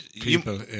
people